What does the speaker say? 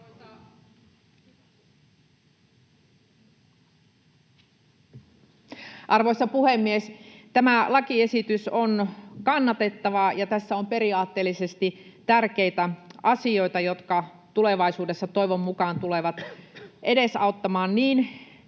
Arvoisa puhemies! Tämä lakiesitys on kannatettava, ja tässä on periaatteellisesti tärkeitä asioita, jotka tulevaisuudessa toivon mukaan tulevat edesauttamaan niin